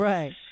Right